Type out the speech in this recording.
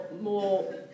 more